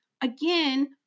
Again